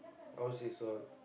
how much is one